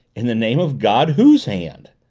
in the name of god whose hand?